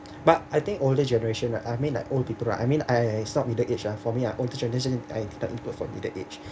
but I think older generation right I mean like old people right I mean I I some middle age ah for me older generation are not included from middle age